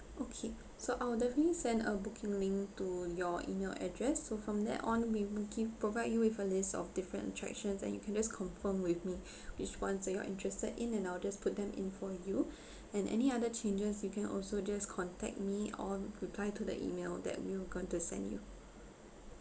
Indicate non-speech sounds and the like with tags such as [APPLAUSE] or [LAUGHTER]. okay so I will definitely send a booking link to your email address so from that on we provide you with a list of different attractions and you can just confirm with me [BREATH] which one that you are interested in and I'll just put them in for you [BREATH] and any other changes you can also just contact me or reply to the email that we'll going to send you